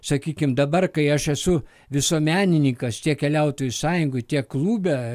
sakykim dabar kai aš esu visuomenininkas čia keliautojų sąjungoj tiek klube